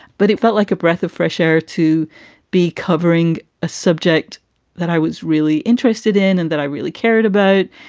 but it felt like a breath of fresh air to be covering a subject that i was really interested in and that i really cared about.